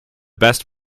best